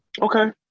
Okay